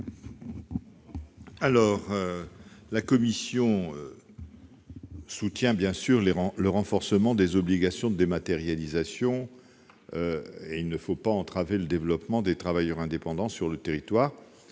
? La commission soutient, bien sûr, le renforcement des obligations de dématérialisation, mais il ne faut pas entraver le développement des travailleurs indépendants sur le territoire,